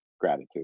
gratitude